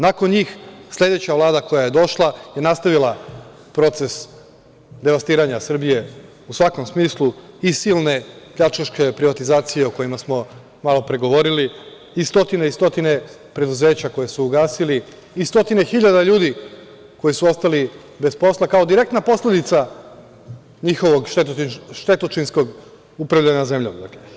Nakon njih, sledeća Vlada koja je došla je nastavila proces devastiranja Srbije u svakom smislu i silne pljačkaške privatizacije o kojima smo malo pre govorili, i stotine i stotine preduzeća koja su ugasili i stotine hiljada ljudi koji su ostali bez posla, kao direktna posledica njihovog štetočinskog upravljanja zemljom.